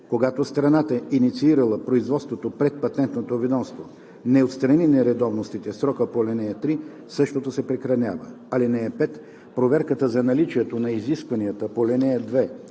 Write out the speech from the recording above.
Когато страната, инициирала производство пред Патентното ведомство не отстрани нередовностите в срока по ал. 3, същото се прекратява. (5) Проверката за наличието на изискванията по ал. 2